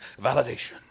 validation